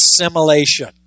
assimilation